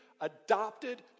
adopted